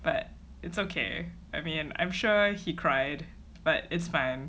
but it's okay I mean I'm sure he cried but it's fine